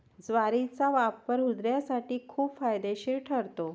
ज्वारीचा वापर हृदयासाठी खूप फायदेशीर ठरतो